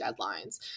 deadlines